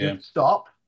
stop